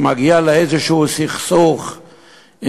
וכשהוא מגיע לסכסוך כלשהו,